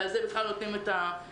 כאשר על זה בכלל לא נותנים את הדעת.